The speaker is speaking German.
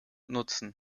nutzen